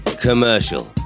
commercial